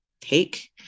take